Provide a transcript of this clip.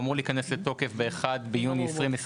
עם זאת,